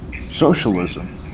socialism